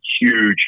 huge